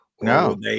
No